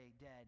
dead